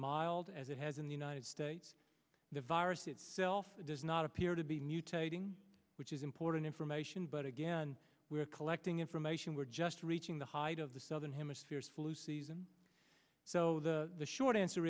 mild as it has in the united states the virus itself does not appear to be mutating which is important information but again we're collecting information we're just reaching the height of the southern hemisphere is flu season so the short answer